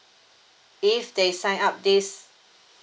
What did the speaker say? if they sign up this